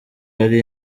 yari